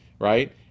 right